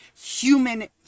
human